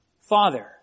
Father